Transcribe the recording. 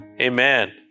Amen